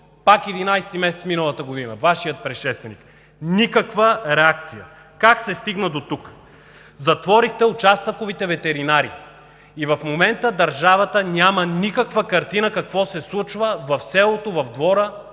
месец, миналата година, Вашият предшественик – никаква реакция. Как се стигна дотук? Затворихте участъковите ветеринари и в момента държавата няма никаква картина какво се случва в селото, в двора